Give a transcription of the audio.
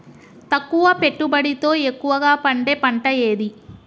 తక్కువ పెట్టుబడితో ఎక్కువగా పండే పంట ఏది?